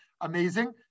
amazing